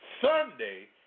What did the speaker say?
Sunday